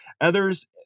Others